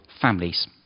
families